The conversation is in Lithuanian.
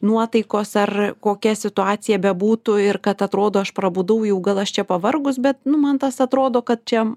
nuotaikos ar kokia situacija bebūtų ir kad atrodo aš prabudau jau gal aš čia pavargus bet nu man tas atrodo kad čia